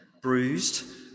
bruised